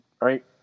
Right